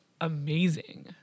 amazing